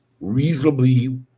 reasonably